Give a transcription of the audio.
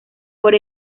por